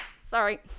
Sorry